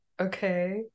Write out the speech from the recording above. okay